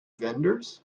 vendors